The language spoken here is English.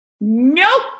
Nope